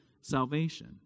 salvation